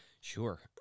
Sure